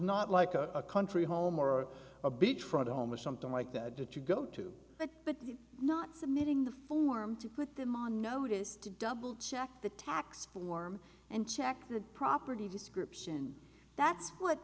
not like a country home or a big front home or something like that that you go to but not submitting the form to put them on notice to double check the tax form and check the property description that's what